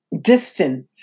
distant